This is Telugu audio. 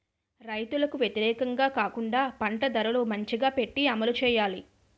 రైతులకు వ్యతిరేకంగా కాకుండా పంట ధరలు మంచిగా పెట్టి అమలు చేయాలి